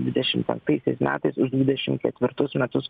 dvidešim penktaisiais metais už dvidešim ketvirtus metus